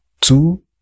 two